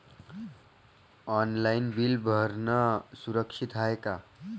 Online bill भरनं सुरक्षित हाय का?